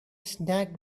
snagged